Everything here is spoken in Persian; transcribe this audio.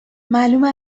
معلومه